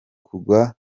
kugwa